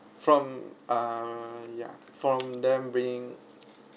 from err yeah form them bringing